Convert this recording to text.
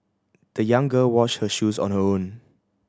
the young girl washed her shoes on her own